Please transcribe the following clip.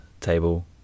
table